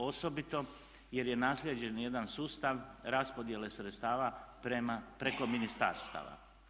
Osobito jer je naslijeđen jedan sustav raspodjele sredstava preko ministarstava.